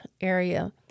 area